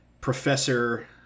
professor